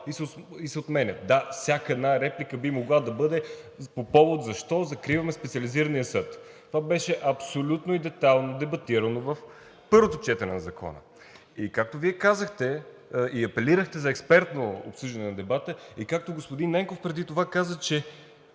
и „се отменя“. Да, всяка една реплика би могла да бъде по повод защо закриваме Специализирания съд. Това беше абсолютно и детайлно дебатирано в първото четене на Закона и както Вие казахте и апелирахте за експертно обсъждане на дебата, и както господин Ненков преди това каза, че